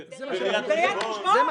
ברואי חשבון זה בסדר?